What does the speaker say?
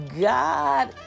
God